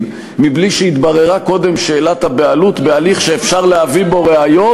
מבלי שהתבררה קודם שאלת הבעלות בהליך שאפשר להביא בו ראיות,